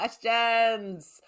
questions